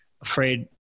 afraid